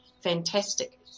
fantastic